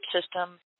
system